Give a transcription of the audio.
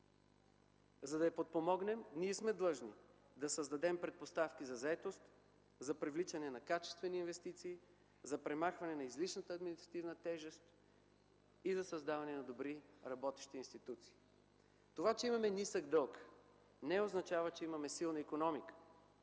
За да я подпомогнем, ние сме длъжни да създадем предпоставки за заетост, за привличане на качествени инвестиции, за премахване на излишната административна тежест и за създаване на добри работещи институции. Това, че имаме нисък дълг, не означава, че имаме силна икономика.